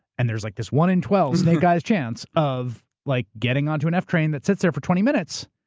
and there's like this one in twelve, snake-eye's chance of like, getting on to an f train that sits there for twenty minutes.